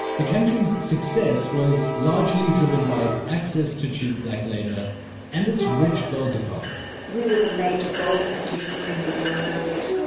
the country's success was largely driven by its access to cheap black labor and its rich gold deposits we were the major gold producers in the world.